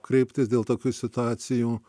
kreiptis dėl tokių situacijų